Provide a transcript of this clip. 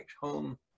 home